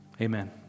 Amen